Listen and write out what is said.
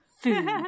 food